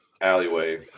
alleyway